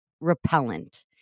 repellent